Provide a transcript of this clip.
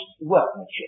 workmanship